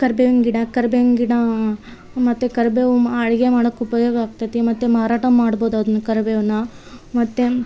ಕರಿಬೇವಿನ ಗಿಡ ಕರಿಬೇವಿನ ಗಿಡ ಮತ್ತು ಕರಿಬೇವು ಅಡಿಗೆ ಮಾಡೋಕ್ ಉಪಯೋಗ ಆಗ್ತದೆ ಮತ್ತು ಮಾರಾಟ ಮಾಡ್ಬೌದು ಅದನ್ನು ಕರಿಬೇವನ್ನು ಮತ್ತು